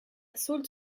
salt